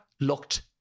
looked